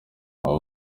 aba